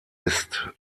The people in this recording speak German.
ist